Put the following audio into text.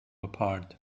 apart